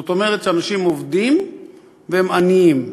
זאת אומרת שאנשים עובדים והם עניים.